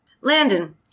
Landon